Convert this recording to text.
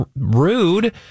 rude